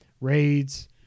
raids